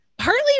Partly